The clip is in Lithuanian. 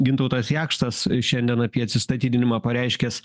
gintautas jakštas šiandien apie atsistatydinimą pareiškęs